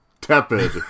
Tepid